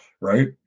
right